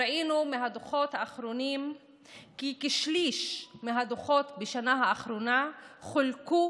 ראינו מהדוחות האחרונים שכשליש מהדוחות בשנה האחרונה חולקו